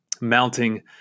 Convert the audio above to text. mounting